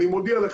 אני מודיע לך,